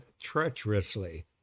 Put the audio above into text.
treacherously